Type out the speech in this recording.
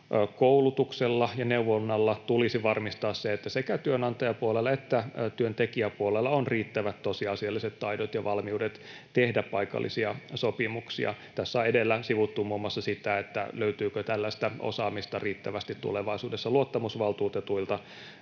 koulutuksella ja neuvonnalla tulisi varmistaa se, että sekä työnantajapuolella että työntekijäpuolella on riittävät tosiasialliset taidot ja valmiudet tehdä paikallisia sopimuksia. Tässä on edellä sivuttu muun muassa sitä, löytyykö luottamusvaltuutetuilta